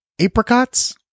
apricots